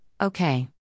okay